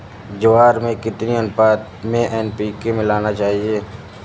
ज्वार में कितनी अनुपात में एन.पी.के मिलाना चाहिए?